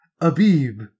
Abib